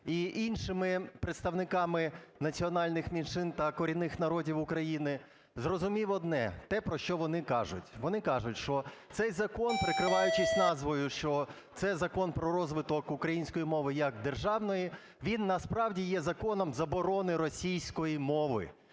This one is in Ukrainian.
і іншими представниками національних меншин та корінних народів України, зрозумів одне, те, про що вони кажуть. Вони кажуть, що цей закон, прикриваючись назвою, що це Закон про розвиток української мови як державної, він насправді є законом заборони російської мови.